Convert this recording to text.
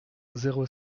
zéro